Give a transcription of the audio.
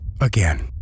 Again